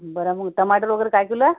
बरं मग टमाटर वगैरे काय किलो आहे